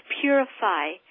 purify